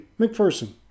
McPherson